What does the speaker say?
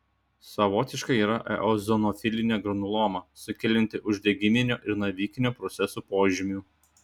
savotiška yra eozinofilinė granuloma sukelianti uždegiminio ir navikinio proceso požymių